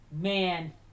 man